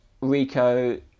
Rico